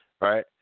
Right